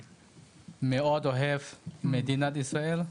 מאוד אוהב את מדינת ישראל.